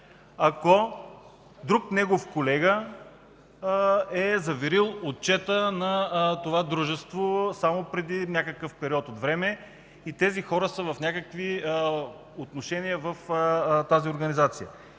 ако друг негов колега е заверил отчета на това дружество само преди някакъв период от време и тези хора са в някакви отношения в тази организация.